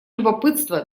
любопытство